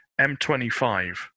M25